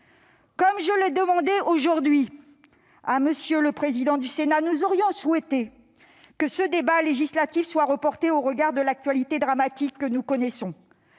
Comme je l'ai demandé aujourd'hui à M. le président du Sénat, nous aurions souhaité que ce débat législatif soit reporté au regard de l'actualité dramatique qui touche notre